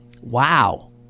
wow